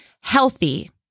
healthy